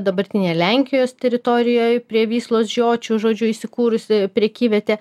dabartinėje lenkijos teritorijoj prie vyslos žiočių žodžiu įsikūrusi prekyvietė